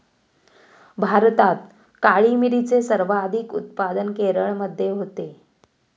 भारतात काळी मिरीचे सर्वाधिक उत्पादन केरळमध्ये होते